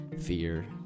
fear